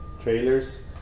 trailers